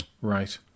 Right